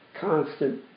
constant